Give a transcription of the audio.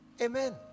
Amen